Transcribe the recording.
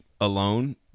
alone